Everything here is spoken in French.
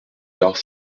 lars